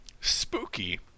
Spooky